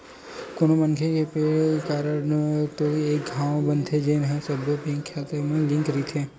कोनो मनखे के पेन कारड तो एके घांव बनथे जेन ह सब्बो बेंक के खाता म लिंक रहिथे